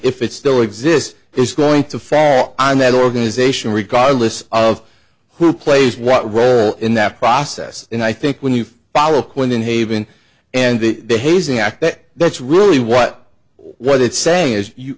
if it still exists there's going to fat on that organization regardless of who plays what role in that process and i think when you follow quinn in haven and the hazing act that that's really what what it's saying is you